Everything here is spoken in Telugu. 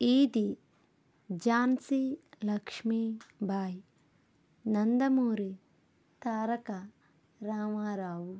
ఈది ఝాన్సీ లక్ష్మీబాయి నందమూరి తారక రామారావు